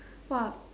!wah!